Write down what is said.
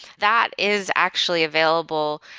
that is actually available,